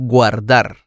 Guardar